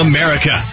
America